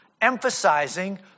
emphasizing